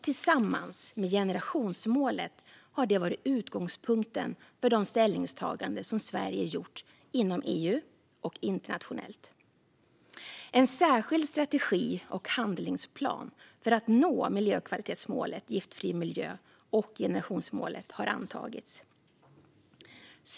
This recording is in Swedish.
Tillsammans med generationsmålet har det varit utgångspunkten för de ställningstaganden som Sverige gjort inom EU och internationellt i övrigt. En särskild strategi och handlingsplan för att nå miljökvalitetsmålet Giftfri miljö och generationsmålet har antagits.